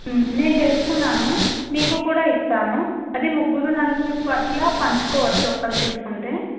నేను చేసుకున్నాను నీకు కూడా ఇస్తాను అది ముగ్గురు నలుగురు అట్లా పంచుకోవచ్చు ఒక్కళ్ళు తీసుకుంటే